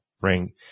Bring